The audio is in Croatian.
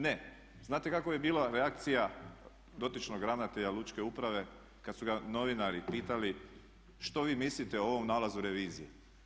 Ne, znate kakva bi bila reakcija dotičnog ravnatelja Lučke uprave kad su ga novinari pitali što vi mislite o ovom nalazu revizije?